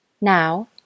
Now